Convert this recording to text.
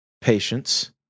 patience